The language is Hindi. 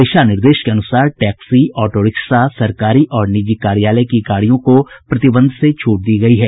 दिशा निर्देश के अनुसार टैक्सी ऑटो रिक्शा सरकारी और निजी कार्यालय की गाड़ियों को प्रतिबंध से छूट दी गयी है